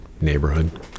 neighborhood